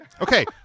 Okay